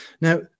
now